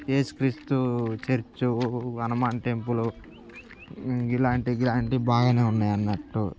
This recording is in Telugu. యేసు క్రీస్తు చర్చ్ హనుమాన్ టెంపులు ఇలాంటి గిలాంటి బాగానే ఉన్నాయ అన్నట్టు